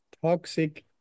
toxic